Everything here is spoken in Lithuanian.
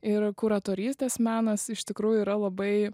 ir kuratorystės menas iš tikrųjų yra labai